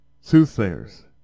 soothsayers